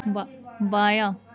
با بایاں